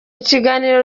kiganiro